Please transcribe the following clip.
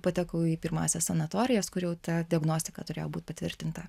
patekau į pirmąsias sanatorijas kur jau ta diagnostika turėjo būt patvirtinta